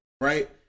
right